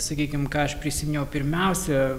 sakykim ką aš prisiminiau pirmiausia